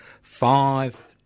Five